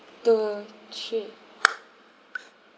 two three